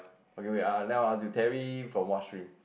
okay wait ah then I want ask you Terry from what stream